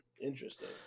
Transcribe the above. Interesting